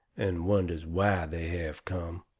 and wonders why they have come,